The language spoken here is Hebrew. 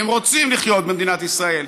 והם רוצים לחיות במדינת ישראל,